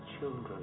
children